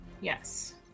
yes